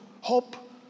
hope